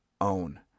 own